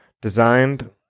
designed